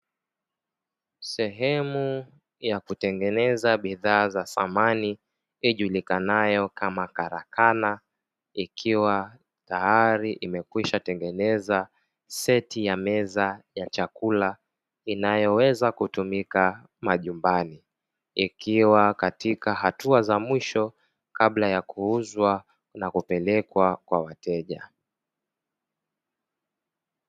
Sehemu ya kutengeneza bidhaa za samani ijulikanayo kama karakana ikiwa tayari imekwisha tengeneza seti ya meza ya chakula inayoweza kutumika majumbani, ikiwa katika hatua za mwisho kabla ya kuuzwa na kupelekwa kwa wateja.